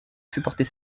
supporter